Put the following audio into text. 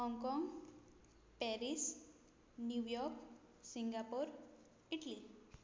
Hong Kong Paris New York Singapore Italy